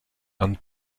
and